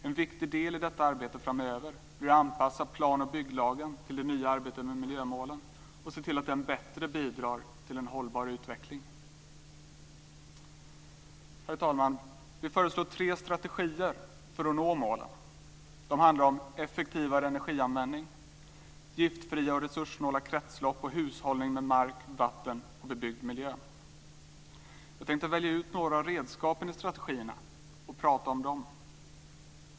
En viktig del i detta arbete framöver blir att anpassa plan och bygglagen till det nya arbetet med miljömålen och se till att den bättre bidrar till en hållbar utveckling. Herr talman! Vi föreslår tre strategier för att nå målen. Det handlar om effektivare energianvändning, giftfria och resurssnåla kretslopp och hushållning med mark, vatten och bebyggd miljö. Jag tänkte välja ut några av redskapen i strategierna och prata om dem.